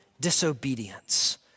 disobedience